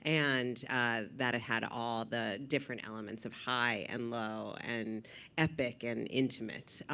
and that it had all the different elements of high and low and epic and intimate,